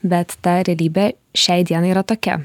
bet ta realybė šiai dienai yra tokia